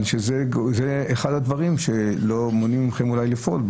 זה אחד הדברים שאולי מונעים מכם לפעול.